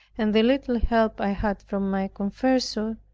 and the little help i had from my confessor,